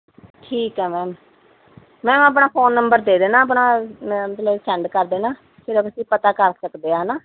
ਠੀਕ ਹੈ ma'am ma'am ਆਪਣਾ ਫੋਨ ਨੰਬਰ ਦੇ ਦੇਣਾ ਆਪਣਾ ਮੈਂ ਮਤਲਬ ਸੈਂਡ ਕਰ ਦੇਣਾ ਫਿਰ ਅਸੀਂ ਪਤਾ ਕਰ ਸਕਦੇ ਹਾਂ ਨਾ